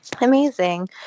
Amazing